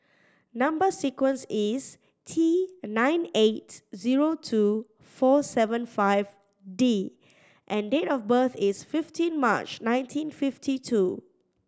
number sequence is T nine eight zero two four seven five D and date of birth is fifteen March nineteen fifty two